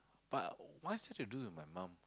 but why's this to do with my mum